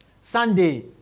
Sunday